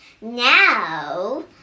Now